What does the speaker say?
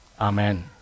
Amen